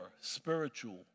spiritual